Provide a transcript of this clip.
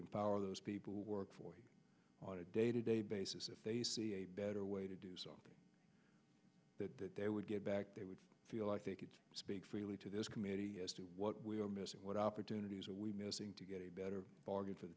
empower those people who work for you on a day to day basis if they see a better way to do so that they would get back they would feel like they could speak freely to this committee as to what we are missing what opportunities are we missing to get a better bargain for the